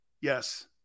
Yes